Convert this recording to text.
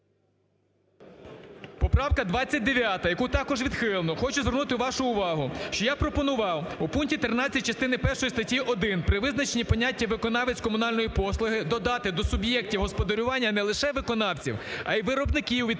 Поправка 29, яку також відхилено. Хочу звернути вашу вагу, що я пропонував у пункті 13 частини першої статті 1 при визначенні поняття "виконавець комунальної послуги" додати до "суб'єктів господарювання" не лише виконавців, а й виробників